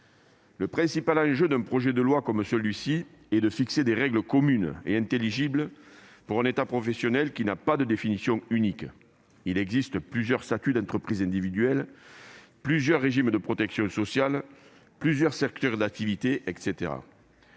Le principal enjeu d'un tel projet de loi est de fixer des règles communes et intelligibles pour un état professionnel qui n'a pas de définition unique. Il existe plusieurs statuts d'entreprise individuelle, plusieurs régimes de protection sociale, plusieurs secteurs d'activité, etc.